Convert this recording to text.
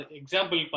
example